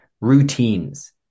routines